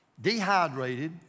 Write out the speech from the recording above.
dehydrated